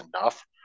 enough